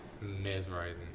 Mesmerizing